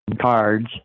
cards